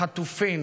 החטופים